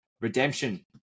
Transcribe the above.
redemption